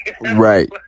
right